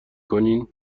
کنین